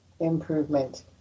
improvement